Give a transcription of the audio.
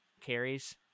carries